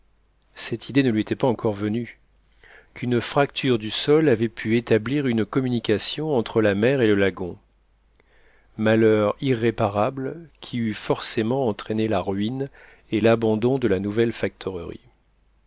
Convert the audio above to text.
cette idée ne lui était pas encore venue qu'une fracture du sol avait pu établir une communication entre la mer et le lagon malheur irréparable qui eût forcément entraîné la ruine et l'abandon de la nouvelle